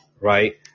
Right